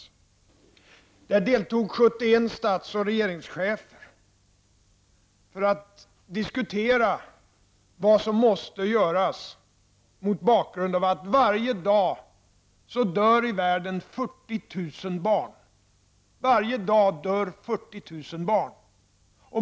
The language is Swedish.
I mötet deltog 71 stats och regeringschefer för att diskutera vad som måste göras mot bakgrund av att det i världen varje dag dör 40 000 barn.